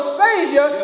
savior